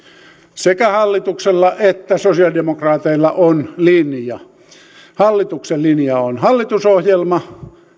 sekä hallituksella että sosialidemokraateilla on linja hallituksen linja on hallitusohjelma